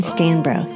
Stanbro